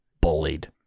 Bullied